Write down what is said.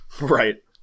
Right